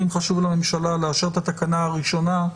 אם חשוב לממשלה לאשר את התקנה הראשונה,